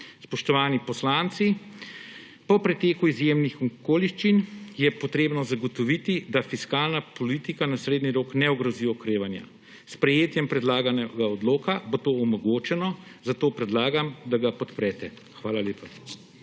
Spoštovani poslanci, po preteku izjemnih okoliščin je potrebno zagotoviti, da fiskalna politika na srednji rok ne ogrozi okrevanja. S sprejetjem predlaganega odloka bo to omogočeno, zato predlagam, da ga podprete. Hvala lepa.